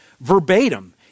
verbatim